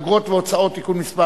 אגרות והוצאות (תיקון מס'